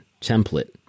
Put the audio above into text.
template